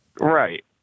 Right